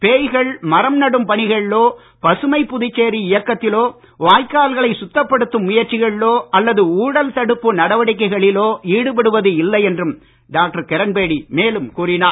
பேய்கள் மரம் நடும் பணிகளிலோ பசுமைப் புதுச்சேரி இயக்கத்திலோ வாய்க்கால்களை சுத்தப்படுத்தும் முயற்சிகளிலோ அல்லது ஊழல் தடுப்பு நடவடிக்கைகளிலோ ஈடுபடுவது இல்லை என்றும் டாக்டர் கிரண்பேடி மேலும் கூறினார்